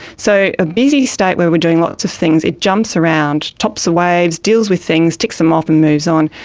so a busy state where we are doing lots of things, it jumps around, tops the waves, deals with things, ticks them off and moves on.